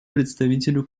представителю